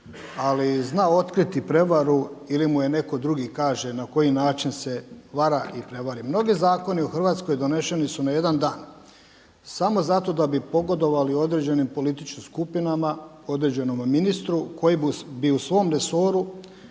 ali zna otkriti prevaru ili mu je neko drugi kaže na koji način se vara i prevari. Mnogi zakoni u Hrvatskoj donošeni su na jedan dan samo zato da bi pogodovali određenim političkim skupinama, određenom ministru koji bi u svom resoru